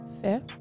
Fair